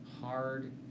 hard